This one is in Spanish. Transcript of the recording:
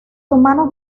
humanos